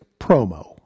promo